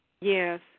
Yes